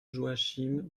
joachim